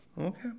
Okay